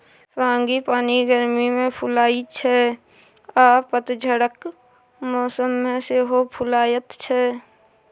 frangipani गर्मी मे फुलाइ छै आ पतझरक मौसम मे सेहो फुलाएत छै